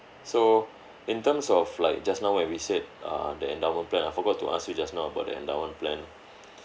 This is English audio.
so in terms of like just now when we said uh the endowment plan I forgot to ask you just now about the endowment plan